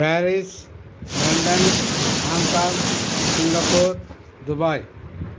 Paris London Hong Kong Singapore Dubai